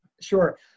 Sure